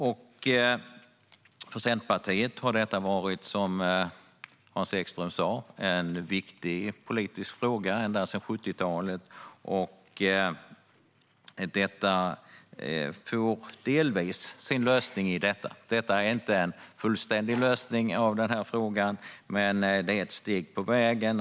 Som Hans Ekström sa har detta varit en viktig politisk fråga för Centerpartiet ända sedan 70-talet, en fråga som delvis får sin lösning i detta. Det är inte någon fullständig lösning, men det är ett steg på vägen.